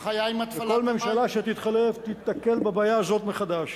וכל הנחיה שתתחלף תיתקל בבעיה הזאת מחדש.